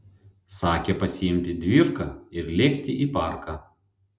sakė pasiimti dvirką ir lėkti į parką